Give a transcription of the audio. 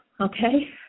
okay